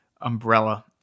umbrella